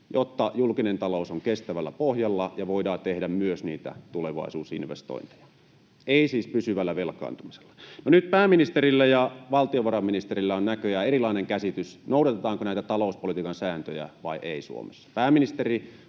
jotta julkinen talous on kestävällä pohjalla ja voidaan tehdä myös niitä tulevaisuusinvestointeja — ei siis pysyvällä velkaantumisella. No nyt pääministerillä ja valtiovarainministerillä on näköjään erilainen käsitys siitä, noudatetaanko näitä talouspolitiikan sääntöjä Suomessa vai ei. Pääministeri